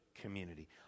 community